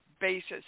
basis